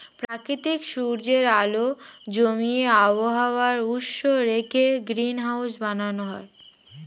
প্রাকৃতিক সূর্যের আলো জমিয়ে আবহাওয়া উষ্ণ রেখে গ্রিনহাউস বানানো হয়